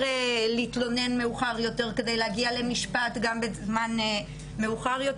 להתלונן מאוחר יותר כדי להגיע למשפט גם בזמן מאוחר יותר,